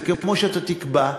זה כמו שאתה תקבע,